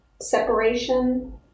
separation